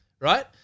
right